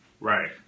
right